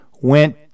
went